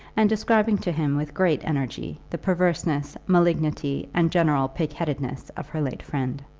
and describing to him with great energy the perverseness, malignity, and general pigheadedness of her late friend.